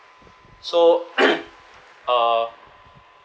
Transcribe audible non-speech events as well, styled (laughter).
so (noise) uh